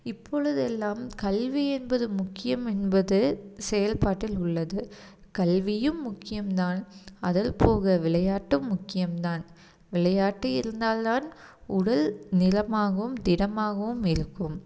இப்பொழுதெல்லாம் கல்வி என்பது முக்கியம் என்பது செயல்பாட்டில் உள்ளது கல்வியும் முக்கியம் தான் அதற்போக விளையாட்டும் முக்கியம் தான் விளையாட்டு இருந்தால் தான் உடல் நிலமாகவும் திடமாகவும் இருக்கும்